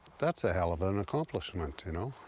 that's a hell of an accomplishment you know,